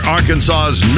Arkansas's